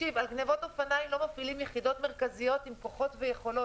על גניבות אופניים לא מפעילים יחידות מרכזיות עם כוחות ויכולות.